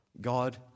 God